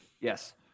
yes